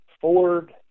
Ford